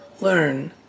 learn